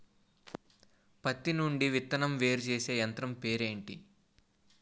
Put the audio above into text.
పత్తి నుండి విత్తనం వేరుచేసే యంత్రం పేరు ఏంటి